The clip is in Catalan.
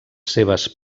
seves